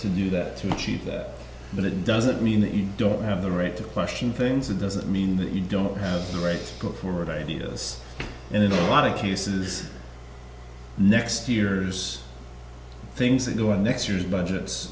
to do that to achieve that but it doesn't mean that you don't have the right to question things it doesn't mean that you don't have the right go forward ideas and in a lot of cases next year's things that go on next year it budgets